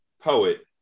poet